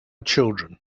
children